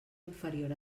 inferior